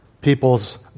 people's